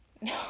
No